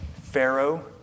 Pharaoh